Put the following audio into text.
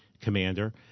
commander